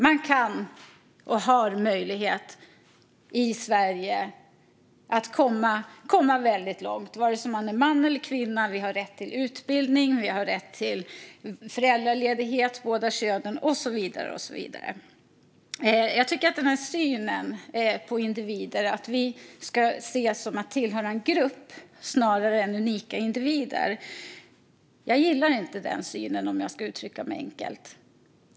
I Sverige har man möjlighet att komma väldigt långt vare sig man är man eller kvinna. Vi har rätt till utbildning, vi har rätt till föräldraledighet för båda könen och så vidare. Den här synen på individer, att vi ska ses som att tillhöra en grupp snarare än som unika individer, gillar inte jag om jag ska uttrycka mig enkelt.